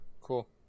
Cool